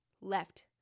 left